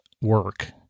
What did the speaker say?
work